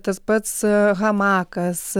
tas pats hamakas